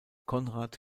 konrad